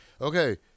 Okay